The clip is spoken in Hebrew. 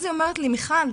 אמרה לי: מיכל,